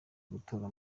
gutora